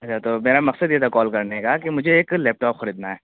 اچھا تو میرا مقصد یہ تھا کال کرنے کا کہ مجھے ایک لیپ ٹاپ خریدنا ہے